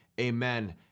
amen